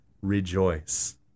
rejoice